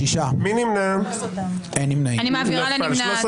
הצבעה לא אושרה נפל.